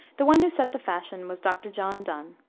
the one who set the fashion was dr. john donne.